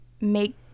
make